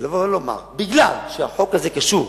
ולבוא ולומר: מכיוון שהחוק הזה קשור